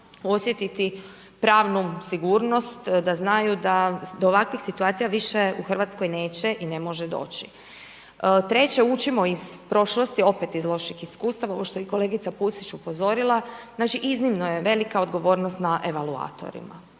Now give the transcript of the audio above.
osjetiti pravnu sigurnost, da znaju da do ovakvih situacija više u Hrvatskoj neće i ne može doći. Treće učimo iz prošlosti, opet iz loših iskustava ovo što je i kolegica Pusić upozorila. Znači iznimno je velika odgovornost na evaluatorima.